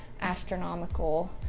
astronomical